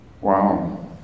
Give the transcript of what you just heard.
wow